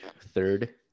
third